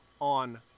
on